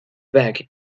back